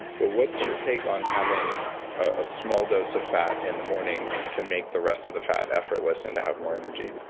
but what's your take on having a small dose of fat in the morning to make the rest of the fat effortless and to have more energy?